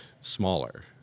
smaller